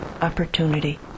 opportunity